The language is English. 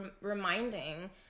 reminding